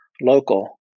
local